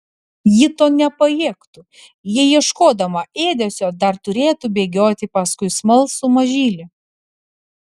ji to nepajėgtų jei ieškodama ėdesio dar turėtų bėgioti paskui smalsų mažylį